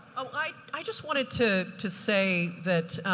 um i i just wanted to to say that,